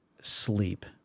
Sleep